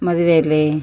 ಮದುವೆಯಲ್ಲಿ